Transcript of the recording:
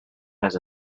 has